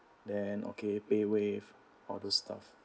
then okay paywave all those stuff